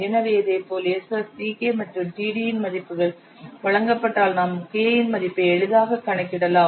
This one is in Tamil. எனவே இதேபோல் Ss Ck மற்றும் td இன் மதிப்புகள் வழங்கப்பட்டால் நாம் K இன் மதிப்பை எளிதாக கணக்கிடலாம்